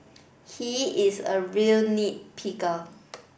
he is a real nit picker